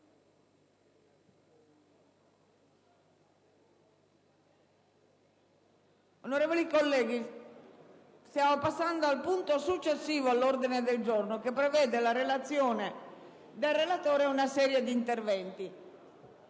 Onorevoli colleghi, stiamo passando al punto successivo all'ordine del giorno, che prevede la relazione del relatore e una serie di interventi,